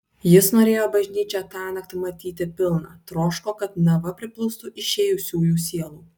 jis norėjo bažnyčią tąnakt matyti pilną troško kad nava priplūstų išėjusiųjų sielų